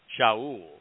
Shaul